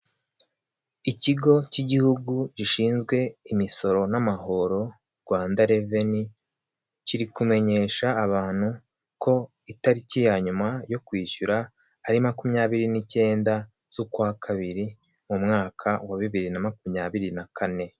Ikigo k'igihugu gishinzwe imisoro n'amahoro Rwanda reveni kiri kumenyesha abantu ko itariki ya nyuma yo kwishyura ari makumyabiri n'ikenda z'ukwa kabiri mu mwaka wa bibiri na makumyabiri na kane.